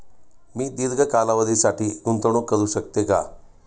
मी दीर्घ कालावधीसाठी गुंतवणूक करू शकते का?